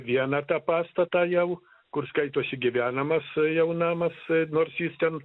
vieną tą pastatą jau kur skaitosi gyvenamas jau namas nors jis ten